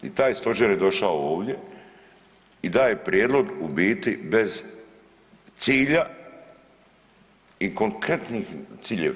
I taj Stožer je došao ovdje i daje prijedlog u biti bez cilja i konkretnih ciljeva.